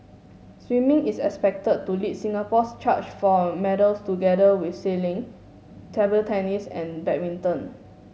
swimming is expected to lead Singapore's charge for medals together with sailing table tennis and badminton